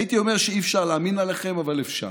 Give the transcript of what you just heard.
הייתי אומר שאי-אפשר להאמין עליכם, אבל אפשר.